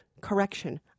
correction